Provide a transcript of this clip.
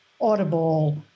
Audible